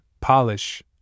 Polish